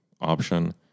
option